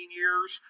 years